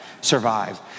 Survive